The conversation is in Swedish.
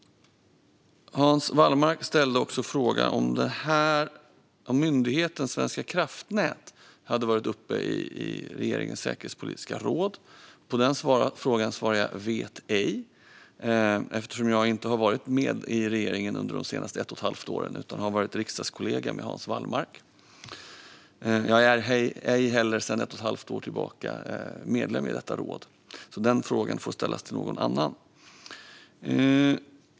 Hans Wallmark ställde också frågan om myndigheten Svenska kraftnät hade varit uppe i regeringens säkerhetspolitiska råd. På den frågan svarar jag att jag inte vet, eftersom jag under ett och ett halvt år inte har varit en del av regeringen utan i stället riksdagskollega med Hans Wallmark. Sedan ett och ett halvt år tillbaka är jag ej heller medlem i detta råd. Den frågan får alltså ställas till någon annan.